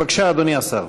בבקשה, אדוני השר.